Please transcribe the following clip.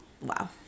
wow